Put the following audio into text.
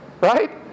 Right